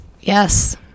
yes